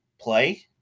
play